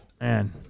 Man